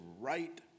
right